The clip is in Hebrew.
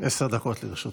עשר דקות לרשותך.